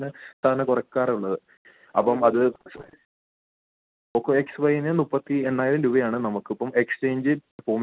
നമുക്ക് കളി കാണാൻ ഒന്നിറങ്ങണം അതേ അതേ ഒന്ന് വരണം ഞാൻ ആലോചിക്കുന്നു കഴിഞ്ഞ കൊല്ലം പോയതാണ് ഈ പ്രാവശ്യം പോയില്ലെങ്കിൽ ആ ഒരു ടച്ച് കിട്ടില്ല മ്മ്